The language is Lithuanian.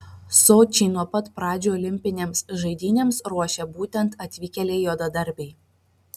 sočį nuo pat pradžių olimpinėms žaidynėms ruošė būtent atvykėliai juodadarbiai